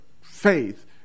faith